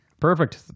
Perfect